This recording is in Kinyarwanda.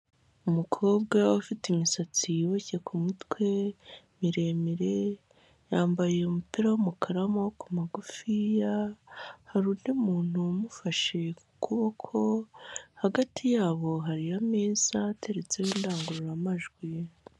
Umukobwa ufite imisatsi iboshye ku mutwe miremire, yambaye umupira w'umukara w'amaboko magufiya hari undi muntu umufashe kuboko hagati yabo hariyo ameza ateretseho indangururamajwi.